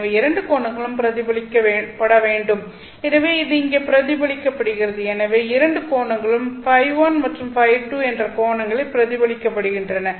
எனவே இரண்டு கோணங்களும் பிரதிபலிக்கப்பட வேண்டும் எனவே இது இங்கே பிரதிபலிக்கப்பட படுகிறது எனவே இரண்டும் கோணங்களும் Ø1 மற்றும் Ø2 என்ற கோணங்களில் பிரதிபலிக்கப்படுகின்றன